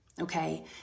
Okay